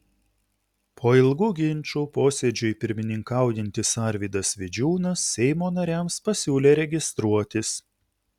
po ilgų ginčų posėdžiui pirmininkaujantis arvydas vidžiūnas seimo nariams pasiūlė registruotis